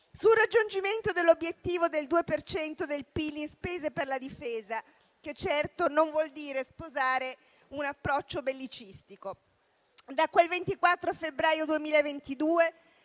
sul raggiungimento dell'obiettivo del 2 per cento del PIL in spese per la difesa, che certo non vuol dire sposare un approccio bellicista. Da quel 24 febbraio 2022,